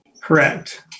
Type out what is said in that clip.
Correct